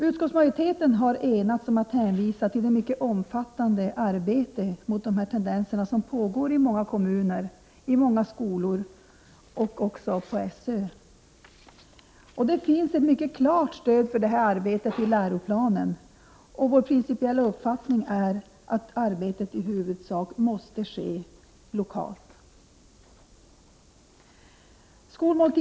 Utskottsmajoriteten har enats om att hänvisa till det mycket omfattande arbete mot dessa tendenser som pågår i många kommuner, vid många skolor och även på SÖ. Det finns ett mycket klart stöd för detta arbete i läroplanen, och vår principiella uppfattning är att arbetet i huvudsak måste ske lokalt.